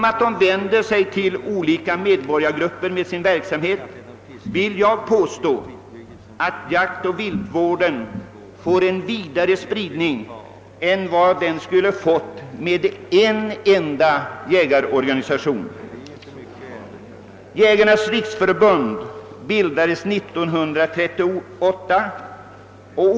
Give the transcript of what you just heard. Jag vill påstå, att genom ätt de två organisationerna vänder sig till olika medborgargrupper får jaktoch viltvården en vidare spridning än den skulle ha fått med en enda jägarorganisation. Jägarnas riksförbund bildades 1938.